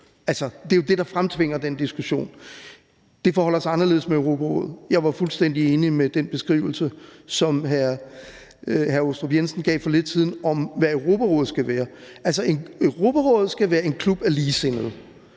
Det er jo det, der fremtvinger den diskussion. Det forholder sig anderledes med Europarådet. Jeg var fuldstændig enig i den beskrivelse, som hr. Michael Aastrup Jensen gav for lidt siden, om, hvad Europarådet skal være. Europarådet skal være en klub af ligesindede,